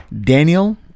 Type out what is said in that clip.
Daniel